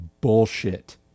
bullshit